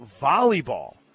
volleyball